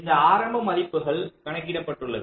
இந்த ஆரம்ப மதிப்புகள் கணக்கிடப்பட்டது